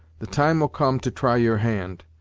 the time will come to try your hand,